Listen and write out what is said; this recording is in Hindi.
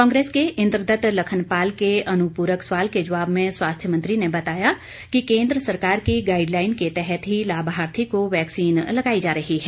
कांग्रेस के इंद्रदत्त लखनपाल के अनुपूरक सवाल के जवाब में स्वास्थ्य मंत्री ने बताया कि केंद्र सरकार की गाइडलाइन के तहत ही लाभार्थी को वैक्सीन लगाई जा रही है